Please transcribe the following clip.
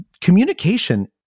Communication